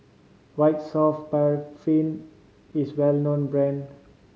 White Soft Paraffin is well known brand